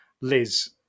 Liz